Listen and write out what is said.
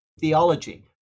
theology